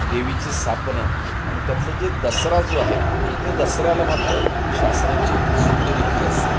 देवीची स्थापना आणि त्यातलं जे दसरा जो आहे ते दसऱ्याला मात्र शासनाची सुट्टी देखील असते